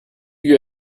you